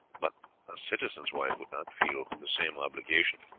but a citizen's wife would not feel the same obligation,